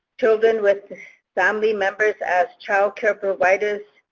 children with family members as child care providers,